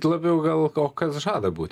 labiau gal o kas žada būt